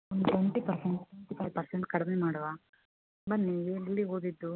ಒಂದು twenty percent twenty five percent ಕಡಿಮೆ ಮಾಡುವ ಬನ್ನಿ ನೀವು ಎಲ್ಲಿ ಓದಿದ್ದು